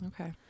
Okay